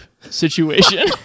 situation